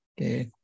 Okay